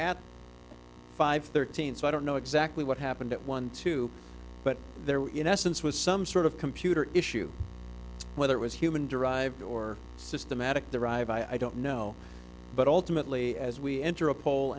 at five thirteen so i don't know exactly what happened at one two but there were in essence was some sort of computer issue whether it was human derived or systematic derive i don't know but ultimately as we enter a poll